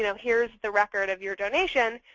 you know here's the record of your donation.